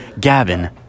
Gavin